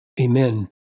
amen